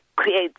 create